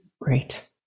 Great